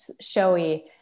showy